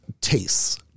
tastes